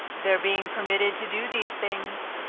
their being permitted to do these things,